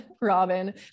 Robin